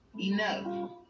enough